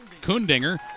Kundinger